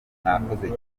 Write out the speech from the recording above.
mwakoze